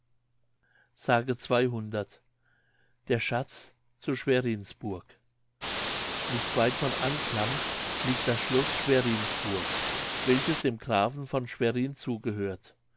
der schatz zu schwerinsburg nicht weit von anclam liegt das schloß schwerinsburg welches dem grafen von schwerin zugehört